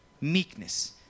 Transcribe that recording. meekness